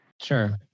Sure